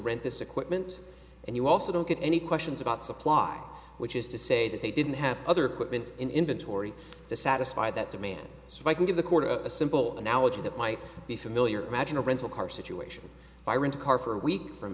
rent this equipment and you also don't get any questions about supply which is to say that they didn't have other commitments in inventory to satisfy that demand so i can give the court a simple analogy that might be familiar imagine a rental car situation fire in a car for a week from